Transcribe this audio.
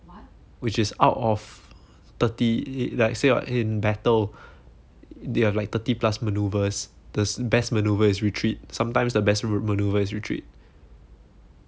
which is out of thirty like say you're in battle they have like thirty plus manoeuvres the best manoeuvre is retreat sometimes the best route manoeuvre is retreat